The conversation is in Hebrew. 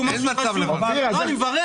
אני מברך